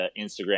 Instagram